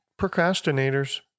procrastinators